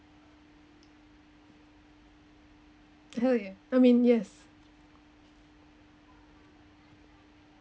hell yeah I mean yes